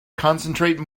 concentrate